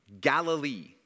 Galilee